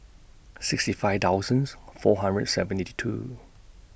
sixty five thousands four hundred two